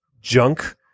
junk